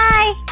Bye